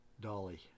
Dolly